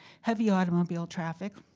heavy automobile traffic,